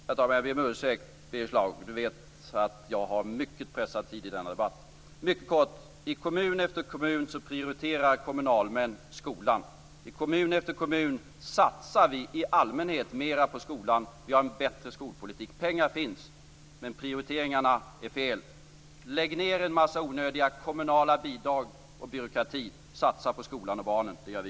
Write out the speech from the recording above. Herr talman! Jag ber om ursäkt, men Birger Schlaug vet att jag har mycket pressad tid i denna debatt. Mycket kort: I kommun efter kommun prioriterar kommunalmän skolan. I kommun efter kommun satsar vi i allmänhet mer på skolan, vi har en bättre skolpolitik. Pengar finns. Men prioriteringarna är fel. Lägg ned en mängd onödiga kommunala bidrag och byråkrati! Satsa på skolan och barnen! Det gör vi.